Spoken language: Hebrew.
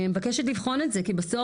אני מבקשת לבחון את זה, כי בסוף